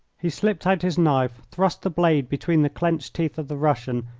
he slipped out his knife, thrust the blade between the clenched teeth of the russian,